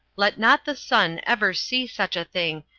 let not the sun ever see such a thing,